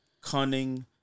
Cunning